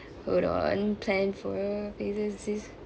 hold on plan for